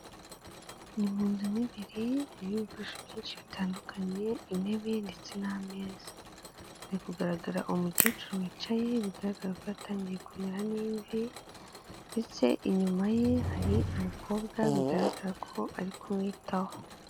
Ni mu nzu mo imbere harimo ibikoresho byinshi bitandukanye, intebe ndetse n'ameza, hari kugaragara umukecuru wicaye bigaragara ko yatangiye kumera n'imvi ndetse inyuma ye hari umukobwa bigaragara ko ari kumwitaho.